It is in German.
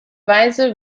weise